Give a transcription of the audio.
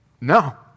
No